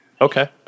Okay